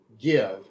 give